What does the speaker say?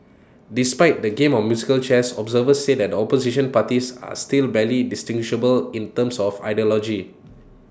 despite the game of musical chairs observers say the opposition parties are still barely distinguishable in terms of ideology